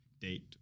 date